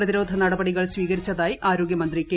പ്രതിരോധ നടപടികൾ സ്വീകരിച്ചതായി ആര്യോഗ്യമന്ത്രി കെ